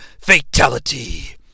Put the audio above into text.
Fatality